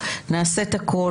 נעדרים